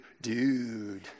dude